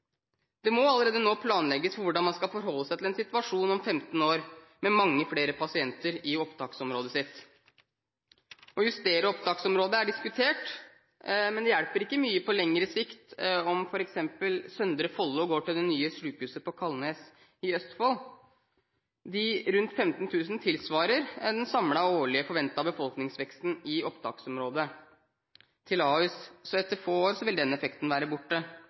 Det må allerede nå planlegges for hvordan man skal forholde seg til en situasjon om 15 år, med mange flere pasienter i opptaksområdet. Å justere opptaksområdet er diskutert, men det hjelper ikke mye på lengre sikt om f.eks. Søndre Follo går til det nye sykehuset på Kalnes i Østfold. De rundt 15 000 tilsvarer den samlede årlige forventede befolkningsveksten i opptaksområdet til Ahus, så etter få år vil den effekten være borte.